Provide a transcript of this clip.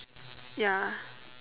ya